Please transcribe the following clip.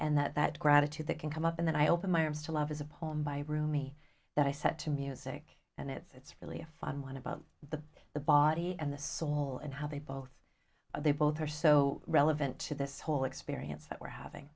and that that gratitude that can come up in that i open my arms to love is a poem by rumi that i set to music and it's really a fun one about the the body and the soul and how they both are they both are so relevant to this whole experience that we're having